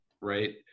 Right